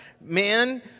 man